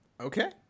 Okay